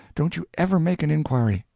don't you ever make an inquiry.